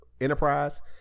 Enterprise